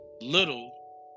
Little